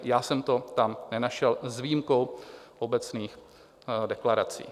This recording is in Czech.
Já jsem to sám nenašel s výjimkou obecných deklarací.